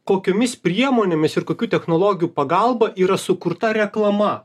kokiomis priemonėmis ir kokių technologijų pagalba yra sukurta reklama